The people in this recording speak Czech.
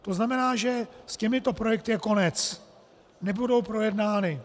To znamená, že s těmito projekty je konec, nebudou projednány.